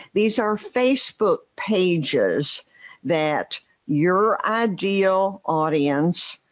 these are facebook pages that your ideal audience.